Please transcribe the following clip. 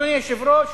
אדוני היושב-ראש,